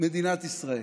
מדינת ישראל.